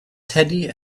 teddy